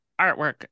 artwork